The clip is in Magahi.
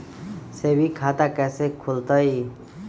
सेविंग खाता कैसे खुलतई?